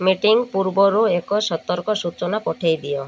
meeting ପୂର୍ବରୁ ଏକ ସତର୍କ ସୂଚନା ପଠାଇ ଦିଅ